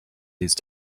these